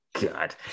God